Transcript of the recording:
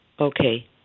Okay